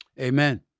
Amen